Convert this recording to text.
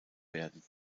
werden